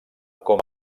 com